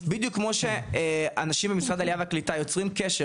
בדיוק כמו שאנשים ממשרד העלייה והקליטה יוצרים קשר,